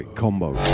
combo